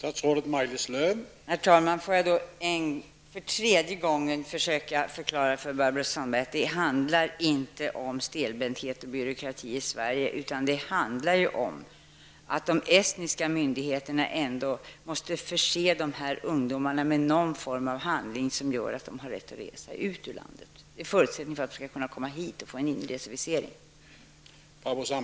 Herr talman! Jag skall för tredje gången försöka förklara för Barbro Sandberg att det inte handlar om stelbenthet och byråkrati i Sverige, utan om att de estniska myndigheterna måste förse dessa ungdomar med någon form av handling som gör att de har rätt att resa ut ur sitt land. Det är en förutsättning för att de skall kunna komma hit och få ett inresevisum.